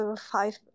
five